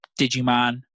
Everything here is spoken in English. Digimon